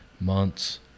months